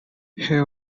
his